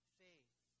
faith